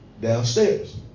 downstairs